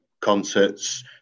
concerts